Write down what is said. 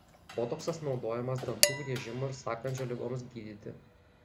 botoksas naudojamas dantų griežimo ir sąkandžio ligoms gydyti